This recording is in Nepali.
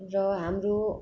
र हाम्रो